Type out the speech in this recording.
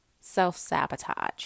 self-sabotage